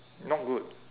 not good